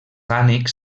ànecs